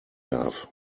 darf